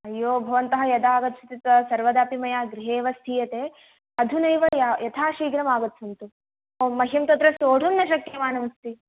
अय्यो भवन्तः यदा अगच्छन्ति तदा सर्वदा एव मया गृहे एव स्थीयते अधुनैव यथाशीघ्रम् आगच्छन्तु मह्यं तत्र सोढुं न शक्यमानमस्ति